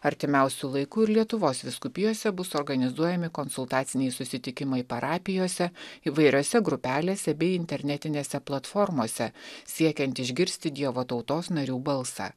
artimiausiu laiku ir lietuvos vyskupijose bus organizuojami konsultaciniai susitikimai parapijose įvairiose grupelėse bei internetinėse platformose siekiant išgirsti dievo tautos narių balsą